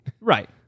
right